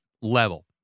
level